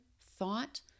thought